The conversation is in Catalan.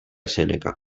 sèneca